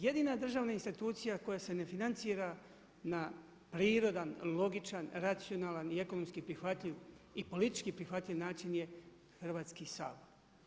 Jedina državna institucija koja se ne financira na prirodan, logičan, racionalan i ekonomski prihvatljiv i politički prihvatljiv način je Hrvatski sabor.